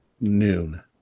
noon